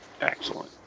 Excellent